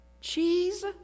Cheese